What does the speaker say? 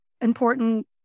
important